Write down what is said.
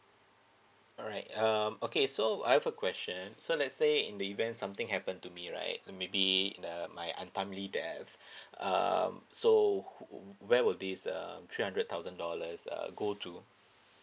alright um okay so I have a question so let say in the event something happen to me right um maybe the my untimely death um so where will this um three hundred thousand dollars uh go to